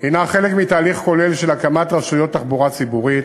היא חלק מתהליך כולל של הקמת רשויות תחבורה ציבורית,